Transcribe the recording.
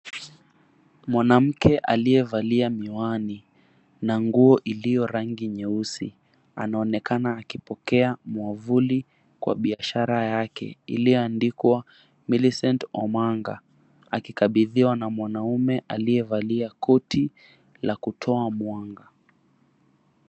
Mwanamke aliyevalia miwani na nguo iliyo rangi nyeusi anaonekana akipokea mwavuli kwa biashara yake iliyoandikwa Millicent Omanga akikabidhiwa na mwanamume aliyevalia koti la kutoa mwanga.